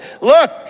look